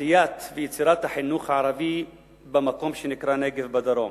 העשייה והיצירה של החינוך הערבי במקום שנקרא נגב בדרום,